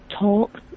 talk